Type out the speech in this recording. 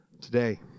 today